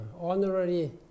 honorary